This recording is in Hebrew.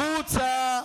בדרך ארץ תדבר אל השר.